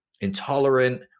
intolerant